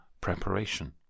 preparation